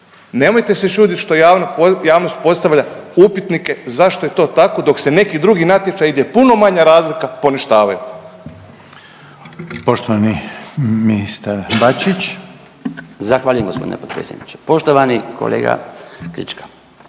Nemojte se čudit što javnost postavlja upitnike zašto je to tako dok se neki drugi natječaji ide puno manja razlika poništavaju.